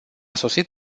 sosit